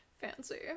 fancy